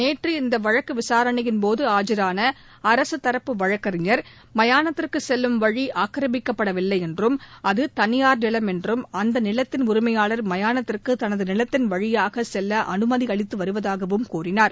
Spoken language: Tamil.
நேற்று இந்த வழக்கு விசாரணையின்போது ஆஜரான அரசுத்தரப்பு வழக்கறிஞர் மயானத்திற்கு செல்லும் வழி ஆக்கிரமிக்கப்படவில்லை என்றும் அது தனியார் நிலம் என்றும் அந்த நிலத்தின் உரிமையாளர் மயானத்திற்கு தனது நிலத்தின் வழியாக செல்ல அனுமதி அளித்து வருவதாகவும் கூறினார்